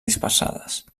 dispersades